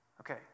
Okay